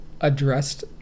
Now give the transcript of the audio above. addressed